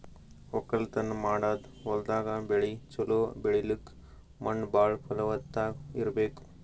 ವಕ್ಕಲತನ್ ಮಾಡದ್ ಹೊಲ್ದಾಗ ಬೆಳಿ ಛಲೋ ಬೆಳಿಲಕ್ಕ್ ಮಣ್ಣ್ ಭಾಳ್ ಫಲವತ್ತಾಗ್ ಇರ್ಬೆಕ್